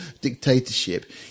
dictatorship